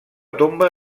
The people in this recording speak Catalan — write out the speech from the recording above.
tomba